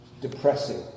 depressing